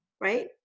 Right